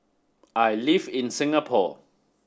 I live in Singapore